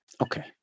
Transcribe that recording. Okay